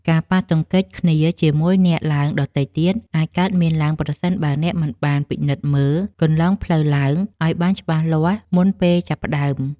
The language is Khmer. ការប៉ះទង្គិចគ្នាជាមួយអ្នកឡើងដទៃទៀត អាចកើតមានឡើងប្រសិនបើអ្នកមិនបានពិនិត្យមើលគន្លងផ្លូវឡើងឱ្យបានច្បាស់លាស់មុនពេលចាប់ផ្ដើម។